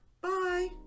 Bye